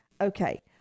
Okay